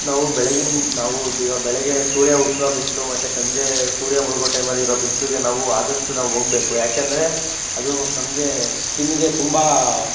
ನಾವು ಬೆಳಗಿನ ನಾವು ಬೆಳಗ್ಗೆ ಸೂರ್ಯ ಹುಟ್ಟುವ ಬಿಸಿಲು ಮತ್ತು ಸಂಜೆ ಸೂರ್ಯ ಮುಳುಗೋ ಟೈಮಲ್ಲಿ ಇರೋ ಬಿಸ್ಲುಗೆ ನಾವು ಆದಷ್ಟು ನಾವು ಹೋಗ್ಬೇಕು ಏಕೆಂದ್ರೆ ಅದು ನಮಗೆ ಸ್ಕಿನ್ನಿಗೆ ತುಂಬ